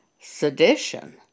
sedition